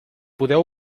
podeu